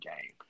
game